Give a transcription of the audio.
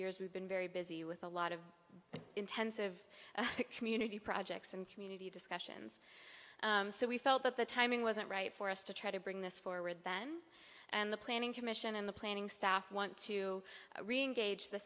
years we've been very busy with a lot of intensive community projects and community discussions so we felt that the timing wasn't right for us to try to bring this forward then and the planning commission and the planning staff want to reengage the